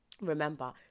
Remember